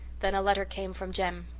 then a letter came from jem.